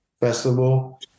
festival